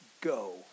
go